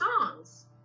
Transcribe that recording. songs